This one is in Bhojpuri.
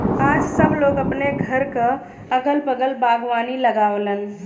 आज सब लोग अपने घरे क अगल बगल बागवानी लगावलन